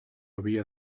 havia